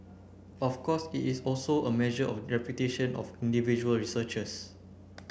of course it is also a measure of reputation of individual researchers